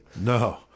No